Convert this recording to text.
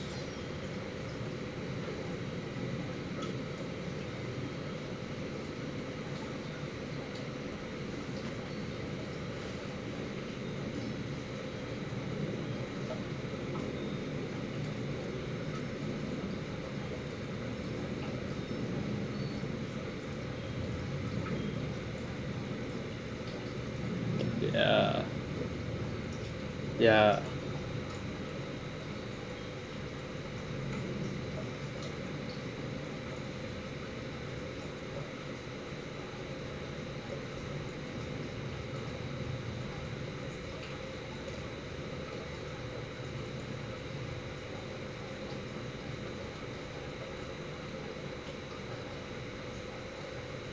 ya ya